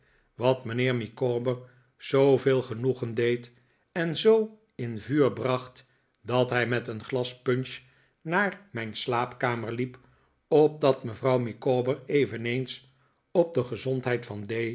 wat mijnheer micawber zooveel genoegen deed en zoo in vuur bracht dat hij met een glas punch naar mijn slaapkamer liep opdat mevrouw micawber eveneens op de gezondheid van